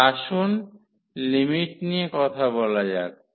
এবার আসুন লিমিট নিয়ে কথা বলা যাক